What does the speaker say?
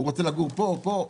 הוא רוצה לגור פה או פה,